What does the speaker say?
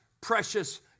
precious